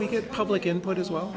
we get public input as well